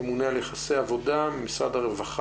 הממונה על יחסי העבודה ממשרד העבודה,